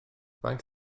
faint